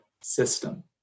system